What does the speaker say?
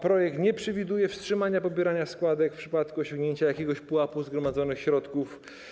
Projekt nie przewiduje wstrzymania pobierania składek w przypadku osiągnięcia jakiegoś pułapu zgromadzonych środków.